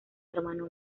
hermano